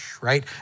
right